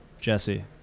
jesse